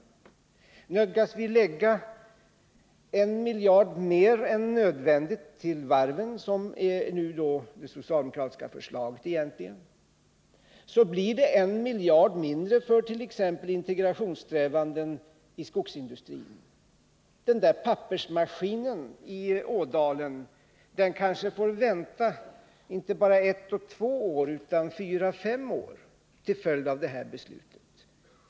Nödgas vi lägga en miljard mer än nödvändigt på varven, vilket det socialdemokratiska förslaget innebär, blir det en miljard mindre till t.ex. integrationssträvandena inom skogsindustrin. Pappersmaskinen i Ådalen kanske får vänta, inte bara ett par år utan fyra fem år till följd av detta beslut.